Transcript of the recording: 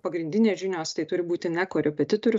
pagrindinės žinios tai turi būti ne korepetitorių